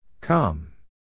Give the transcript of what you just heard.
Come